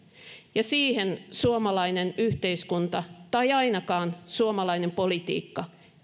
siihen suomalainen yhteiskunta tai ainakaan suomalainen politiikka